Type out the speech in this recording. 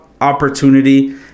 opportunity